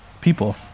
people